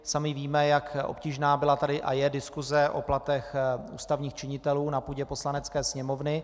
Sami víme, jak obtížná tady byla a je diskuse o platech ústavních činitelů na půdě Poslanecké sněmovny.